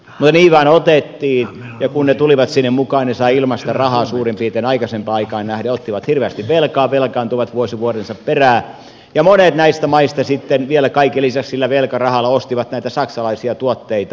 mutta niin vain otettiin ja kun ne tulivat sinne mukaan ne saivat suurin piirtein ilmaista rahaa aikaisempaan aikaan nähden ottivat hirveästi velkaa velkaantuivat vuosi vuoden perään ja monet näistä maista sitten vielä kaiken lisäksi sillä velkarahalla ostivat näitä saksalaisia tuotteita